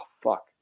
fuck